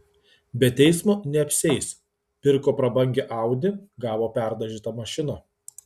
be teismo neapsieis pirko prabangią audi gavo perdažytą mašiną